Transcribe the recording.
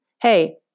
hey